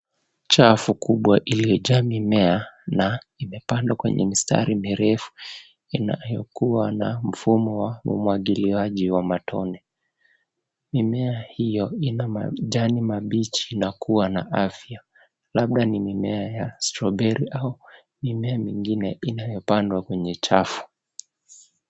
Chafu kubwa iliyojaa mimea na imepandwa kwenye mistari mirefu inayokua na mfumo wa umwagiliaji wa matone. Mimea hiyo ina majani mabichi na kuwa na afya. Labda ni mimea ya strawberry au mimea mingine inayopandwa kwenye chafu.